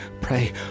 Pray